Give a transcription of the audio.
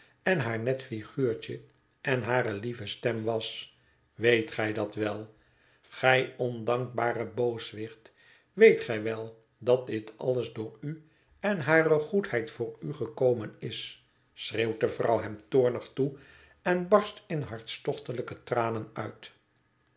en haar net figuurtje en hare lieve stem was weet gij dat wel gij ondankbare booswicht weet gij wel dat dit alles door u en hare goedheid voor u gekomen is schreeuwt de vrouw hem toornig toe en barst in hartstochtelijke tranen uit